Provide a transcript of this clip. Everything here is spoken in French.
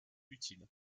utile